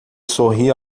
sorri